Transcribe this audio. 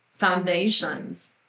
Foundations